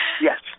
Yes